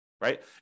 right